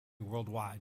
worldwide